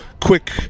quick